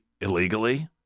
illegally